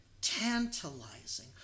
tantalizing